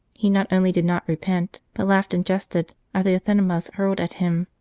he not only did not repent, but laughed and jested at the anathemas hurled at him.